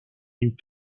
les